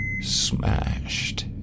smashed